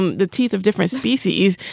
um the teeth of different species,